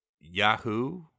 Yahoo